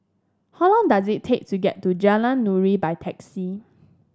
how long does it take to get to Jalan Nuri by taxi